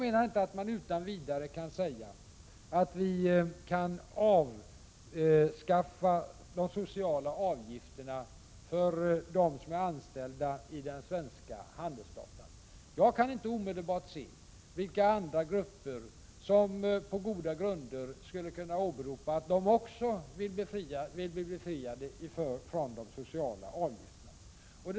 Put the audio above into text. Vi kan inte utan vidare avskaffa de sociala avgifterna för dem som är anställda i den svenska handelsflottan. Jag kan inte omedelbart se vilka andra grupper som på goda grunder skulle kunna påstå att också de bör bli befriade från de sociala avgifterna.